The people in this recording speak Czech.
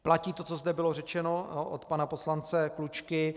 Platí to, co zde bylo řečeno od pana poslance Klučky.